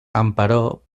emperò